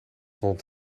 rond